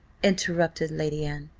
interrupted lady anne,